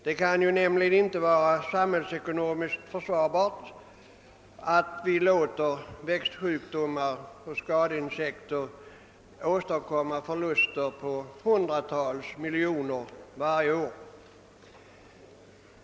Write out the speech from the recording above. Det kan ju inte vara samhällsekonomiskt försvarbart att vi låter växtsjukdomar och skadeinsekter åstadkomma förluster på hundratals miljoner varje år.